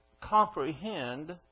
comprehend